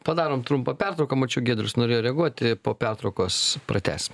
padarom trumpą pertrauką mačiau giedrus norėjo reaguoti po pertraukos pratęsim